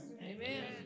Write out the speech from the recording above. Amen